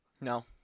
No